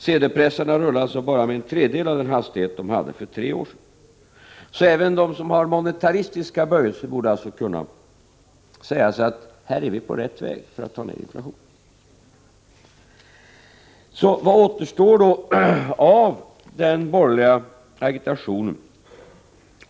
Sedelpressarna rullar alltså bara med en tredjedel av den hastighet de hade för tre år sedan. Även de som har monetaristiska böjelser borde således kunna säga sig att vi är på rätt väg när det gäller att ta ned inflationen. Vad återstår då av den borgerliga agitationen?